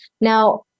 Now